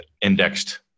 indexed